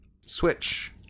Switch